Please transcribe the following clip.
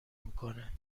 میکنه